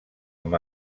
com